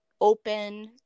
open